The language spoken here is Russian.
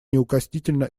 неукоснительно